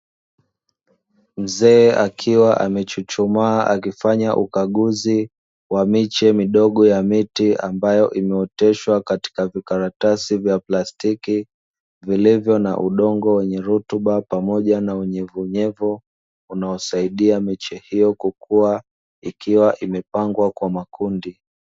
Mzee akiwa amechuchumaa akifanya ukaguzi wa miche midogo ya miti ambayo imeoteshwa katika vikaratasi vya plastiki, vilivyo na udongo wenye rutuba pamoja na unyevuunyevu, unaosaidia miche hiyo kukua ikiwa imepangwa kwa makundi.